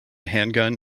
handgun